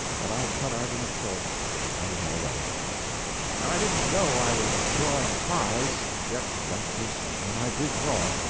but i cut argument short and we had a wedding. now i didn't know i was drawing a prize, yet that was what i did draw.